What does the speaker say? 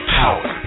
power